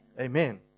Amen